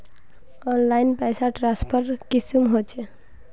Online पैसा transfer कुंसम होचे?